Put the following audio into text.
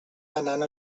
anant